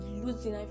losing